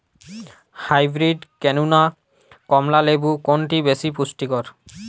Hybrid কেনু না কমলা লেবু কোনটি বেশি পুষ্টিকর?